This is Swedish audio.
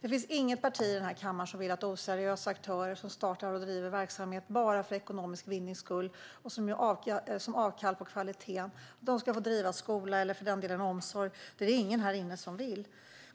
Det finns inget parti i den här kammaren som vill att oseriösa aktörer som startar och driver verksamhet bara för ekonomisk vinnings skull och som gör avkall på kvaliteten ska få driva skolor eller för den delen få driva omsorg. Det är det ingen här inne som vill.